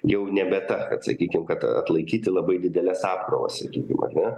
jau nebe ta kad sakykim kad atlaikyti labai dideles apkrovas sakykim ar ne